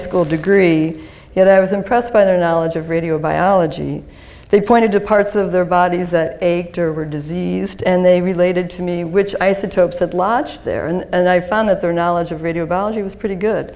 school degree yet i was impressed by their knowledge of radio biology they pointed to parts of their bodies that a to or diseased and they related to me which isotopes that lodged there and i found that their knowledge of radio biology was pretty good